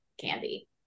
candy